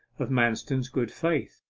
of manston's good faith,